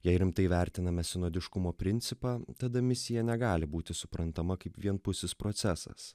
jei rimtai vertiname sinodiškumo principą tada misija negali būti suprantama kaip vienpusis procesas